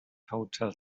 hotel